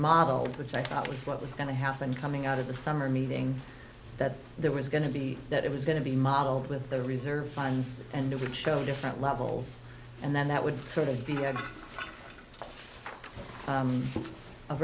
modeled which i thought was what was going to happen coming out of the summer meaning that there was going to be that it was going to be modeled with the reserve funds and it would show different levels and then that would sort of